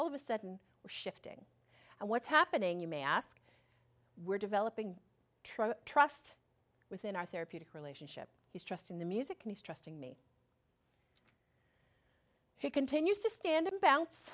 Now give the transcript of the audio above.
all of a sudden we're shifting and what's happening you may ask we're developing try trust within our therapeutic relationship his trust in the music mistrusting me he continues to stand a bounce